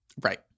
Right